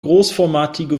großformatige